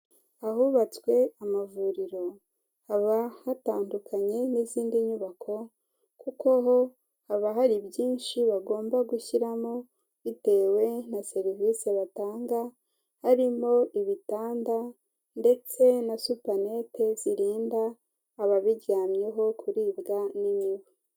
Ahubatswe amavuriro haba hatandukanye n'izindi nyubako kuko ho haba hari byinshi bagomba gushyiramo bitewe na serivisi batanga, harimo ibitanda ndetse na supanete zirinda ababiryamyeho kuribwa n'imibu.